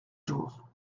jours